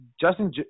Justin